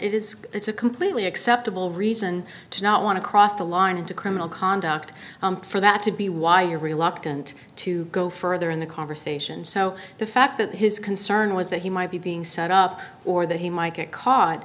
it is it's a completely acceptable reason to not want to cross the line into criminal conduct for that to be why you're reluctant to go further in the conversation so the fact that his concern was that he might be being set up or that he might get caught